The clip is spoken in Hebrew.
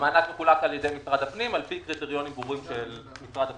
המענק מחולק על ידי משרד הפנים על פי קריטריונים ברורים של משרד הפנים,